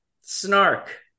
snark